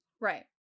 right